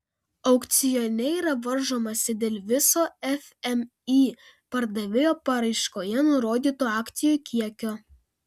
aukcione yra varžomasi dėl viso fmį pardavėjo paraiškoje nurodyto akcijų kiekio